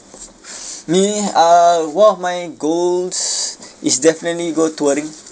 me uh one of my goals is definitely go touring